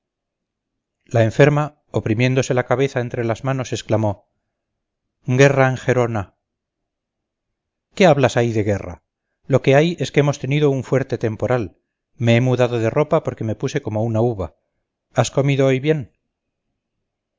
la enferma oprimiéndose la cabeza entre las manos exclamó guerra en gerona qué hablas ahí de guerra lo que hay es que hemos tenido un fuerte temporal me he mudado de ropa porque me puse como una uva has comido hoy bien